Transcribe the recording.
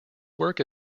work